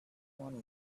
one